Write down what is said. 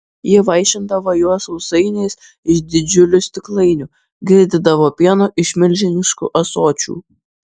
ji vaišindavo juos sausainiais iš didžiulių stiklainių girdydavo pienu iš milžiniškų ąsočių